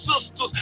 sisters